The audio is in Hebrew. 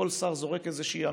כל שר זורק איזושהי אמירה,